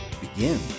begin